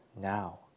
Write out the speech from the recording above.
now